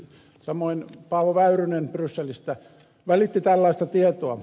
samoin paavo väyrynen brysselistä välitti tällaista tietoa